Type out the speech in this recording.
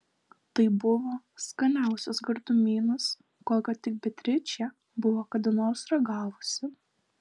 tai buvo skaniausias gardumynas kokio tik beatričė buvo kada nors ragavusi